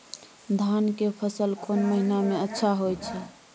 धान के फसल कोन महिना में अच्छा होय छै?